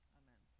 amen